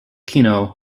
kino